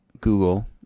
Google